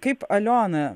kaip aliona